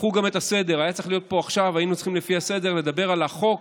הפכו גם את הסדר: לפי הסדר היינו צריכים לדבר על החוק